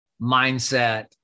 mindset